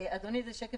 הוא חשוב.